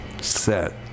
set